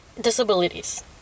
disabilities